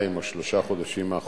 המדינה, המנהל